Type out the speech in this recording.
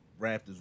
raptors